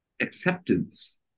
acceptance